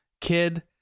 kid